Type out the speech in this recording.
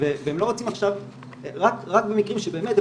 רק במקרים שבאמת,